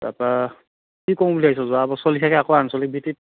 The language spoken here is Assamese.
তাৰ পৰা কি কৰিম বুলি ভাবিছা যোৱা বছৰৰ লেখিয়াকে আকৌ আঞ্চলিক ভিত্তিত